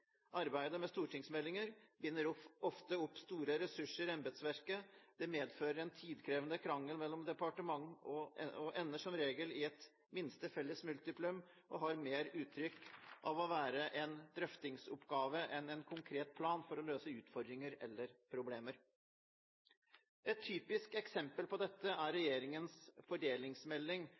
Arbeidet med stortingsmeldinger binder ofte opp store ressurser i embetsverket. Det medfører en tidkrevende krangel mellom departementer og ender som regel i et minste felles multiplum og har mer uttrykk av å være en drøftingsoppgave enn en konkret plan for å løse utfordringer eller problemer. Et typisk eksempel på dette er regjeringens fordelingsmelding